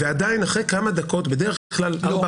ועדיין אחרי כמה דקות, בדרך כלל אחרי